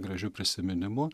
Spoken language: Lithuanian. gražiu prisiminimu